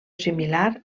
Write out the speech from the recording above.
similar